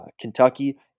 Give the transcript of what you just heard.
Kentucky